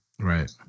Right